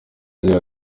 agira